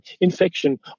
infection